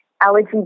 allergy